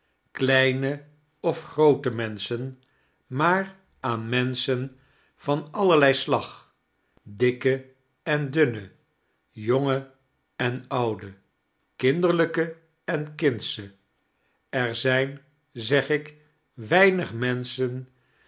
kleine of groote menschen maar aan menschen van allerlei slag dikke en dunne jonge en oude kinderlijke en idndsche er zijn zeg ik weinig menschen